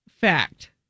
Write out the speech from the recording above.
Fact